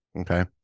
Okay